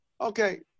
Okay